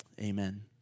amen